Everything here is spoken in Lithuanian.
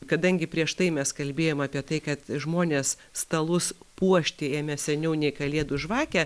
kadangi prieš tai mes kalbėjom apie tai kad žmonės stalus puošti ėmė seniau nei kalėdų žvakę